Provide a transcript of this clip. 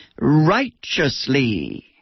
righteously